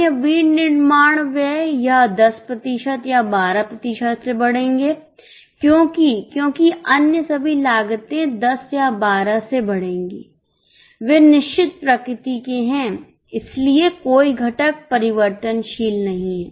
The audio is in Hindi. अन्य विनिर्माण व्यय यह 10 प्रतिशत या 12 प्रतिशत से बढ़ेंगे क्योंकि क्योंकि अन्य सभी लागते 10 या 12 से बढ़ेगी वे निश्चित प्रकृति के हैं इसलिए कोई घटक परिवर्तनशील नहीं है